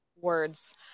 words